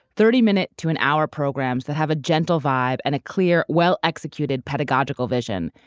thirty minute to an hour programs that have a gentle vibe and a clear, well-executed pedagogical vision.